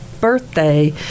birthday